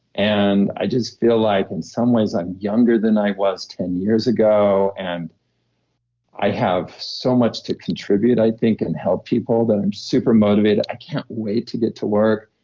and i just feel like in some ways i'm younger than i was ten years ago and i have so much to contribute i think and help people, that i'm super motivated. i can't wait to get to work.